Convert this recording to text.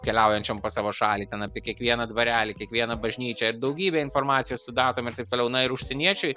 keliaujančiam po savo šalį ten apie kiekvieną dvarelį kiekvieną bažnyčią ir daugybė informacijos su datom ir taip toliau na ir užsieniečiui